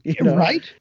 Right